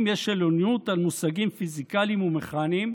יש עליונות על מושגים פיזיקליים ומכניים,